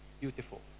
Beautiful